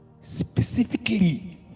specifically